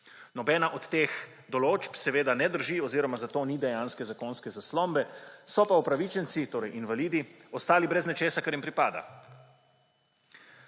Nobena od teh določb seveda ne drži oziroma za to ni dejanske zakonske zaslombe, so pa upravičenci, torej invalidi, ostali brez nečesa, kar jim pripada.